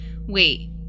Wait